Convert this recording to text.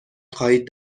خواهید